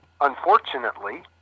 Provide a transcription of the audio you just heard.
unfortunately